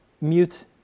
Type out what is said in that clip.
mute